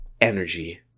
Energy